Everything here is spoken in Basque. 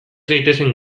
gaitezen